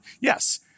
yes